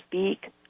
Speak